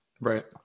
right